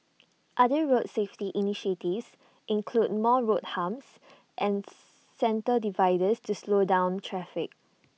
other road safety initiatives include more road humps and centre dividers to slow down traffic